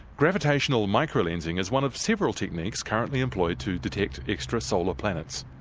gravitational microlensing is one of several techniques currently employed to detect extra-solar planets.